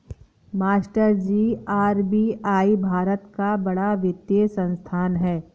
मास्टरजी आर.बी.आई भारत का बड़ा वित्तीय संस्थान है